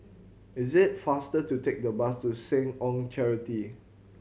is it faster to take the bus to Seh Ong Charity